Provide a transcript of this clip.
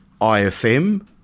IFM